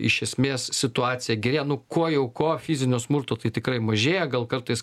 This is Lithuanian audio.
iš esmės situacija gerėja nu ko jau ko fizinio smurto tai tikrai mažėja gal kartais